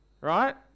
Right